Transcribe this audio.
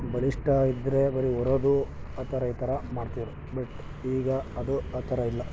ಬಲಿಷ್ಠ ಇದ್ದರೆ ಬರೀ ಹೊರೋದು ಆ ಥರ ಈ ಥರ ಮಾಡ್ತಿದ್ದರು ಬಟ್ ಈಗ ಅದು ಆ ಥರ ಇಲ್ಲ